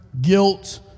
guilt